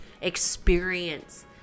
experience